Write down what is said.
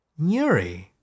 Nuri